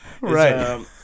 Right